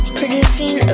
producing